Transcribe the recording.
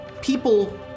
people